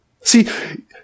See